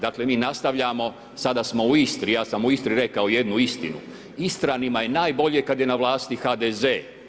Dakle mi nastavljamo, sada smo u Istri, ja sam u Istri rekao jednu istinu, Istranima je najbolje kad je na vlasti HDZ.